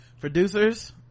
producers